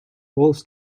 wolves